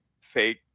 fake